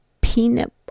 peanut